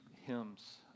hymns